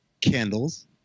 candles